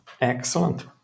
excellent